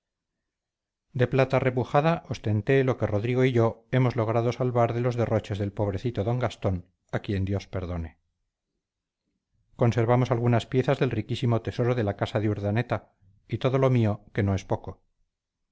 de plata repujada ostenté lo que rodrigo y yo hemos logrado salvar de los derroches del pobrecito d gastón a quien dios perdone conservamos algunas piezas del riquísimo tesoro de la casa de urdaneta y todo lo mío que no es poco